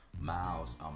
Miles